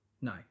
No